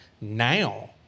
Now